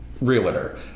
realtor